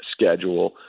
schedule